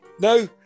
no